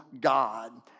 God